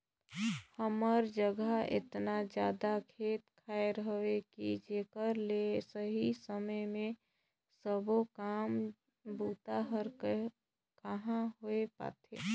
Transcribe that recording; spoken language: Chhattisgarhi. हमर जघा एतना जादा खेत खायर हवे कि जेकर ले सही समय मे सबो काम बूता हर कहाँ होए पाथे